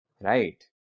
Right